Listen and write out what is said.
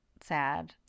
sad